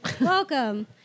Welcome